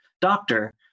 doctor